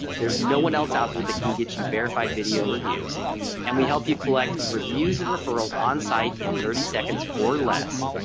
there's no one else out there that that can get you verified video reviews and we help you collect reviews and referrals onsite in thirty seconds or less.